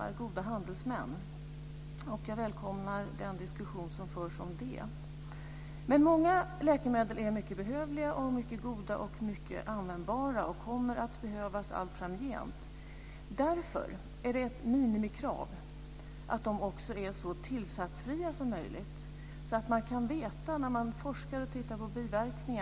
Uppgifterna i hälsodataregistren får enligt den nuvarande lagen användas för framställning av statistik och för att följa upp, utvärdera och kvalitetssäkra hälso och sjukvården.